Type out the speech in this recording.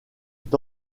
est